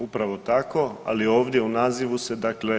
Upravo tako, ali ovdje u nazivu se dakle